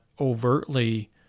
overtly